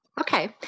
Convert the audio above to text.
Okay